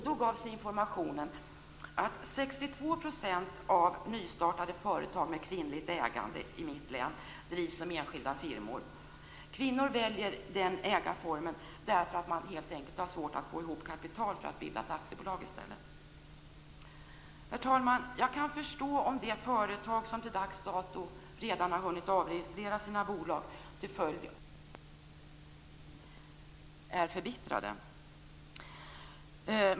Då gavs informationen att 62 % av nystartade företag med kvinnligt ägande i mitt län drivs som enskilda firmor. Kvinnor väljer den ägarformen därför att man helt enkelt har svårt att få ihop kapital för att i stället bilda ett aktiebolag. Herr talman! Jag kan förstå om de företag som till dags dato redan har hunnit avregistrera sina bolag till följd av den föreslagna lagstiftningen är förbittrade.